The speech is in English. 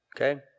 Okay